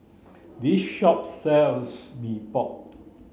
this shop sells Mee Pok